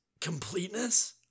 completeness